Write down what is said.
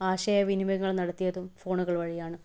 ആശയ വിനിമയങ്ങൾ നടത്തിയതും ഫോണുകൾ വഴിയാണ്